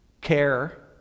care